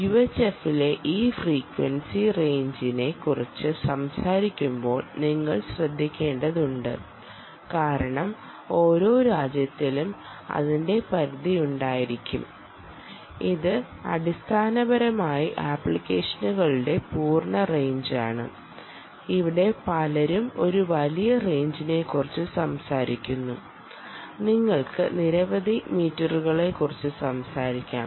യുഎച്ച്എഫിലെ ഈ ഫ്രീക്വൻസി റേഞ്ചിനെ കുറിച്ച് സംസാരിക്കുമ്പോൾ നിങ്ങൾ ശ്രദ്ധിക്കേണ്ടതുണ്ട് കാരണം ഓരോ രാജ്യത്തിനും അതിന്റെ പരിധി ഉണ്ടായിരിക്കും ഇത് അടിസ്ഥാനപരമായി ആപ്ലിക്കേഷനുകളുടെ പൂർണ്ണ റയിഞ്ചാണ് ഇവിടെ പലരും ഒരു വലിയ റെയിഞ്ചിനെക്കുറിച്ച് സംസാരിക്കുന്നു നിങ്ങൾക്ക് നിരവധി മീറ്ററുകളെക്കുറിച്ച് സംസാരിക്കാം